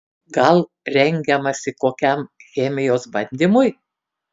gal rengiamasi kokiam chemijos bandymui